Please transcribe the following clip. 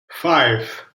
five